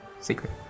Secret